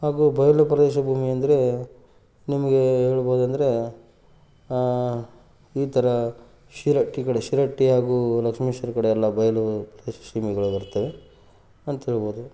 ಹಾಗೂ ಬಯಲು ಪ್ರದೇಶ ಭೂಮಿ ಅಂದರೆ ನಿಮಗೆ ಹೇಳ್ಬೌದು ಅಂದರೆ ಈ ಥರ ಶಿರಹಟ್ಟಿ ಕಡೆ ಶಿರಹಟ್ಟಿ ಹಾಗೂ ಲಕ್ಷ್ಮೇಶ್ವರ ಕಡೆ ಎಲ್ಲ ಬಯಲು ಬರ್ತವೆ ಅಂತ್ಹೇಳ್ಬೌದು